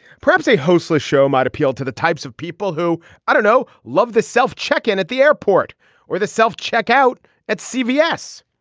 perhaps a host last show might appeal to the types of people who i don't know love the self check in at the airport or the self check out at cbs.